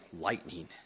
lightning